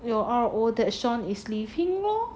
you are R_O that shaun is leaving lor